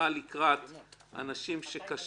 (חייב המשלם לפי הוראה לתשלום בשיעורים),